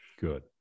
Good